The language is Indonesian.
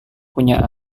punya